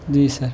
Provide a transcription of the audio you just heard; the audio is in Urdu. جی سر